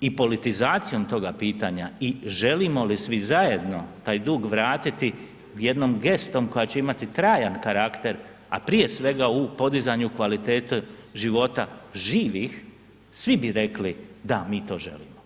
i politizacijom toga pitanja i želimo li svi zajedno taj dug vratiti jednom gestom koja će imati trajan karakter, a prije svega u podizanju kvalitete života živih, svi bi rekli da mi to želimo.